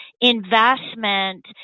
investment